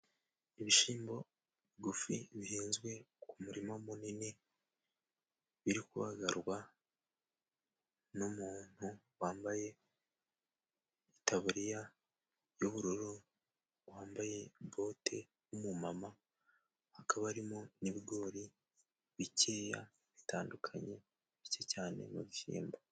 Ibishimbo bigufi bihinzwe ku murima munini, biri kubagarwa n'umuntu wambaye itaburiya y'ubururu, wambaye bote w'umumama, akaba arimo n'ibigori bikeya bitandukanye bike cyane mu bishyimbo.